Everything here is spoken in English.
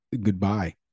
goodbye